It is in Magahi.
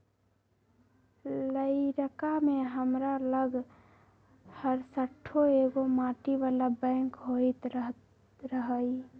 लइरका में हमरा लग हरशठ्ठो एगो माटी बला बैंक होइत रहइ